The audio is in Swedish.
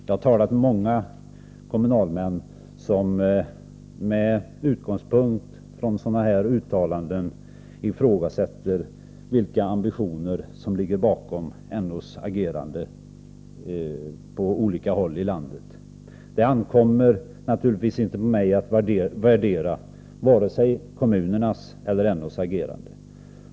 Jag har talat med många kommunalmän som med utgångspunkt i sådana här uttalanden ifrågasätter vilka ambitioner som ligger bakom NO:s agerande på olika håll i landet. Det ankommer naturligtvis inte på mig att värdera vare sig kommunernas eller NO:s agerande.